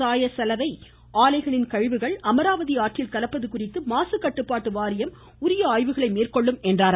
சாய சலவை ஆலைகளின் கழிவுகள் அமராவதி ஆற்றில் கலப்பது குறித்து மாசு கட்டுப்பாட்டு வாரியம் ஆய்வு மேற்கொள்ளும் என்றார்